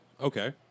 okay